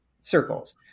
circles